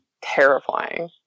terrifying